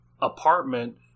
apartment